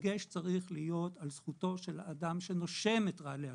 הדגש צריך להיות על זכותו של האדם שנושם את רעלי הסיגריות,